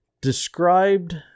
described